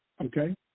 okay